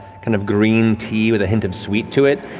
kind of green tea with a hint of sweet to it.